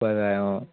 অঁ